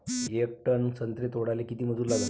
येक टन संत्रे तोडाले किती मजूर लागन?